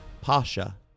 Pasha